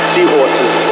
Seahorses